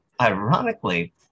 ironically